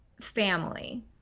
family